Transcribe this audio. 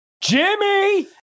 Jimmy